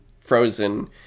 frozen